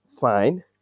Fine